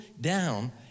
down